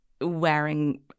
wearing